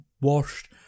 washed